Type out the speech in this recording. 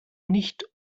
nicht